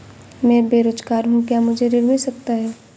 मैं बेरोजगार हूँ क्या मुझे ऋण मिल सकता है?